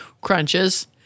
crunches